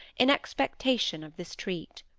in expectation of this treat.